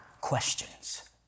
questions